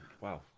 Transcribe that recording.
Wow